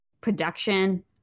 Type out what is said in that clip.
production